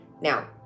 Now